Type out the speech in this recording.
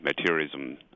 materialism